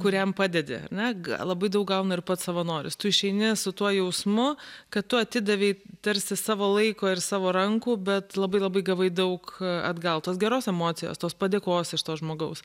kuriam padedi ar ne labai daug gauna ir pats savanoris tu išeini su tuo jausmu kad tu atidavei tarsi savo laiko ir savo rankų bet labai labai gavai daug atgal tos geros emocijos tos padėkos iš to žmogaus